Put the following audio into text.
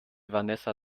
vanessa